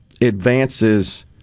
advances –